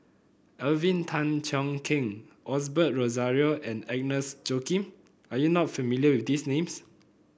Alvin Tan Cheong Kheng Osbert Rozario and Agnes Joaquim are you not familiar with these names